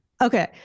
Okay